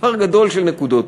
מספר גדול של נקודות,